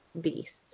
beast